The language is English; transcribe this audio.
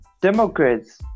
democrats